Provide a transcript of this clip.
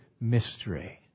mystery